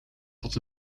tot